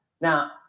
Now